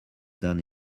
done